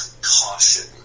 caution